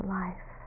life